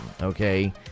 okay